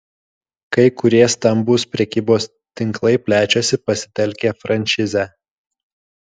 kai kurie stambūs prekybos tinklai plečiasi pasitelkę frančizę